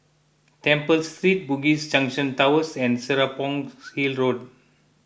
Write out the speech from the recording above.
Temple Street Bugis Junction Towers and Serapong Hill Road